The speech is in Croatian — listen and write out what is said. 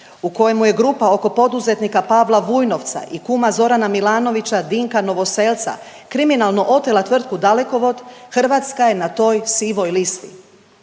u kojemu je grupa oko poduzetnika Pavla Vujnovca i kuma Zorana Milanovića, Dinka Novoselca kriminalno otela tvrtku Dalekovod Hrvatska je na toj sivoj listi.